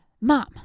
mom